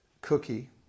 cookie